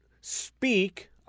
speak